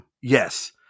yes